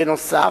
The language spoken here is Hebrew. בנוסף,